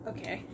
Okay